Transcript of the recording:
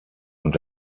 und